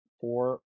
four